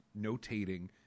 notating